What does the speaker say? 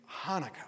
Hanukkah